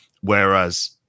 whereas